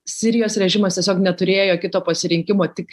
sirijos režimas tiesiog neturėjo kito pasirinkimo tik